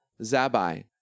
Zabai